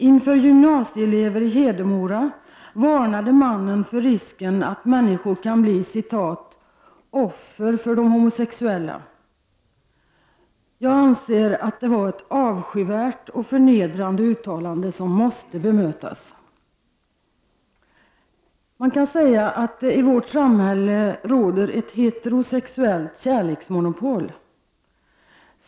Inför gymnasieelever i Hedemora varnade mannen för risken att människor kan bli ”offer för de homosexuella”. Jag anser att det är ett avskyvärt och förnedrande uttalande som måste bemötas. Man kan säga att det i vårt samhälle råder ett heterosexuellt kärleksmonopol.